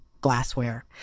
Glassware